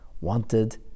wanted